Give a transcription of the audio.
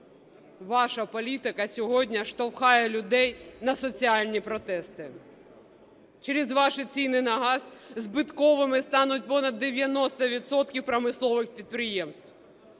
Ваша політика сьогодні штовхає людей на соціальні протести. Через ваші ціни на газ збитковими стануть понад 90 відсотків промислових підприємств.